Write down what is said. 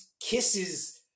kisses